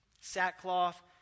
sackcloth